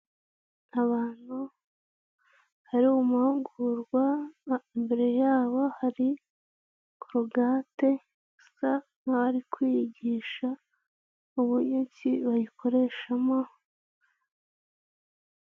Abantu bari mu mahugurwa imbere yabo hari korogate bisa nkaho bari kwigishwa uburyo bayikoreshamo.